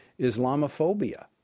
Islamophobia